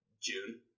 June